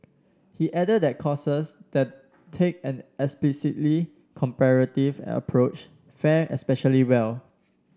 he added that courses that take an explicitly comparative approach fare especially well